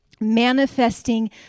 manifesting